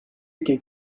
qu’elle